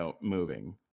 moving